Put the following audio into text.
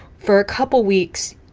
for a couple weeks,